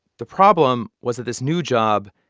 the problem was that this new job,